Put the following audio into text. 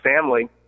family